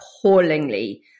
appallingly